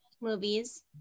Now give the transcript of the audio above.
Movies